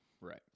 Right